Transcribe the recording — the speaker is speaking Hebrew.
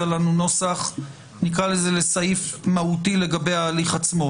לנו נוסח לסעיף מהותי לגבי ההליך עצמו.